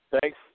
Thanks